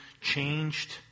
changed